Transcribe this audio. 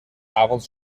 avond